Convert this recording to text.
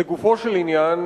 לגופו של עניין,